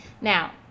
Now